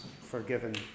forgiven